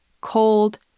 cold